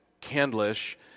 Candlish